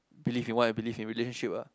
believe in what I believe in relationship ah